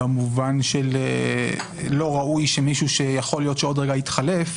במובן שלא ראוי שמישהו שיכול להיות שעוד רגע יתחלף,